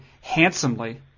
handsomely